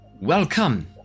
Welcome